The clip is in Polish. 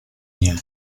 nie